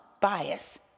bias